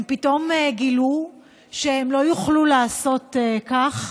הם פתאום גילו שהם לא יוכלו לעשות כך,